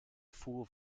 voer